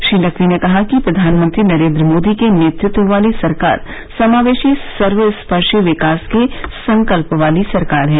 श्री नकवी ने कहा कि प्रधानमंत्री नरेन्द्र मोदी के नेतृत्व वाली सरकार समावेशी सर्वस्पर्शी विकास के संकल्प वाली सरकार है